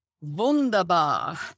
wunderbar